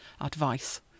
advice